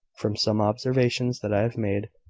from some observations that i made,